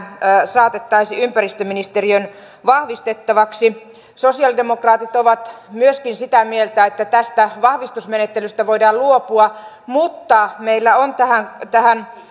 saatettaisi ympäristöministeriön vahvistettavaksi myöskin sosialidemokraatit ovat sitä mieltä että tästä vahvistusmenettelystä voidaan luopua mutta meillä on tähän tähän